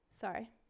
sorry